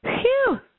Phew